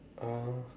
uh